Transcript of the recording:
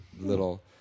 little